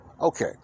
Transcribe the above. Okay